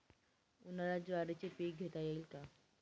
उन्हाळ्यात ज्वारीचे पीक घेता येईल का?